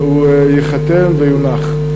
הוא ייחתם ויונח.